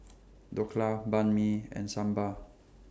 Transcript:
Dhokla Banh MI and Sambar